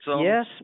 Yes